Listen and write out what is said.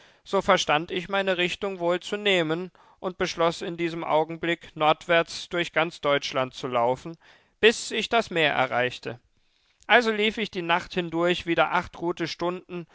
so verstand ich meine richtung wohl zu nehmen und beschloß in diesem augenblick nordwärts durch ganz deutschland zu laufen bis ich das meer erreichte also lief ich die nacht hindurch wieder acht gute stunden